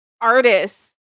artists